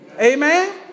Amen